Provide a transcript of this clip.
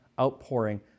outpouring